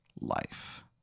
life